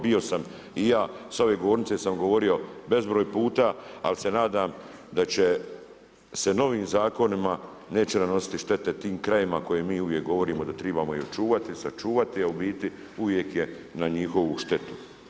Bio sam i ja s ove govornice sam govorio bezbroj puta ali se nadam da će se novim zakonima, neće nanositi štete tim krajevima koje mi uvijek govorimo da trebamo i očuvati i sačuvati a u biti uvijek je na njihovu štetu.